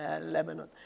Lebanon